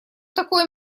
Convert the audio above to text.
такое